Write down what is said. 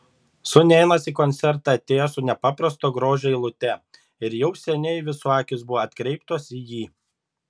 sūnėnas į koncertą atėjo su nepaprasto grožio eilute ir jau seniai visų akys buvo atkreiptos į jį